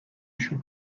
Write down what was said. düşük